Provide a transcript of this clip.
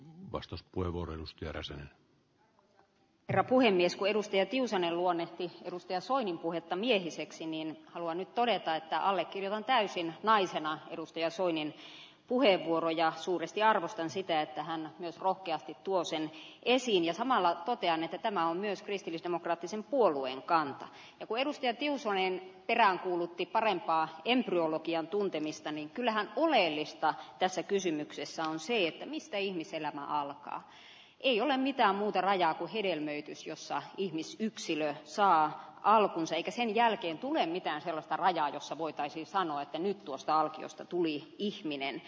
vastus puhelu rusty erosen ruhen isku edustaja tiusanen luonnehtii ruskea soinin puhetta miehiseksi niin haluan todeta että alle kilon täysin naisena edusti asuinen puheenvuoroja suuresti arvostan siten että hän myös rohkeasti tuo sen esiin ja samalla totean että tämä on myös kristillisdemokraattisen puolueen kanta joku edustaja tiusanen peräänkuulutti parempaa endrologian tuntemistani kyllähän onnellista tässä kysymyksessä on se että ihmisillä alkaa ei ole mitään muuta rajaa kun hedelmöitys jossa ihmisyksilö saa alkunsa eikä sen jälkeen tule mitään sellaista rajaa jossa voitaisi sanoa että nyt tuosta lukiosta tuli ihminen